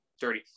dirty